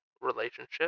relationship